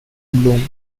bloom